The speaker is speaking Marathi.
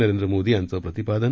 नरेंद्र मोदी यांचं प्रतिपादन